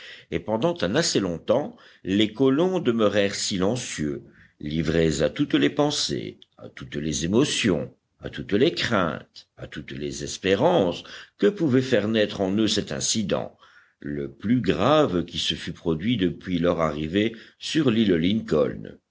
et pendant un assez long temps les colons demeurèrent silencieux livrés à toutes les pensées à toutes les émotions à toutes les craintes à toutes les espérances que pouvait faire naître en eux cet incident le plus grave qui se fût produit depuis leur arrivée sur l'île lincoln